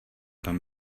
tom